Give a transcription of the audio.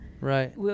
Right